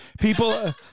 People